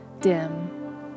dim